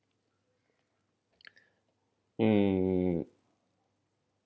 hmm